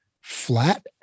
flat